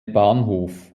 bahnhof